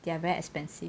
they are very expensive